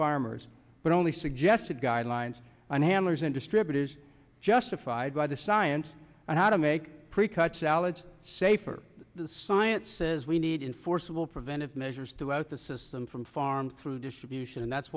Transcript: farmers but only suggested guidelines on handlers and distributors justified by the science and how to make precut salads safer the science says we need in forcible preventive measures throughout the system from farm through distribution and that's